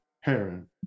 Heron